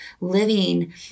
living